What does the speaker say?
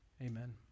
amen